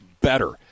better